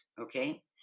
Okay